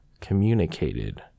communicated